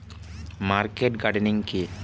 Market gardening কি?